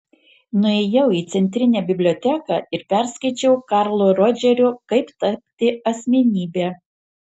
nuėjau į centrinę biblioteką ir perskaičiau karlo rodžerio kaip tapti asmenybe